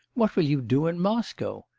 what will you do in moscow?